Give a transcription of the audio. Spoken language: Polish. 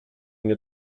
nie